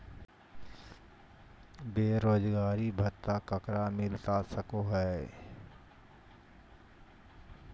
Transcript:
बेरोजगारी भत्ता ककरा मिलता सको है?